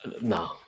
no